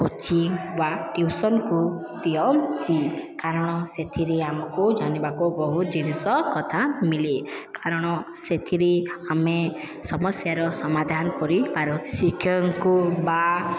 coaching ବା tuition ଦିଅନ୍ତି କାରଣ ସେଥିରେ ଆମକୁ ଜାଣିବାକୁ ବହୁତ ଜିନିଷ କଥା ମିଳେ କାରଣ ସେଥିରେ ଆମେ ସମସ୍ୟାର ସମାଧାନ କରିପାରୁ ଶିକ୍ଷକଙ୍କୁ ବା